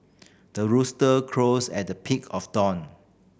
the rooster crows at the peak of dawn